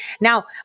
Now